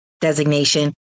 designation